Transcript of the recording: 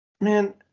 man